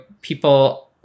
people